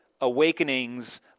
awakenings